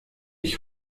ich